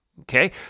Okay